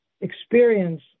experience